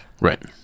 right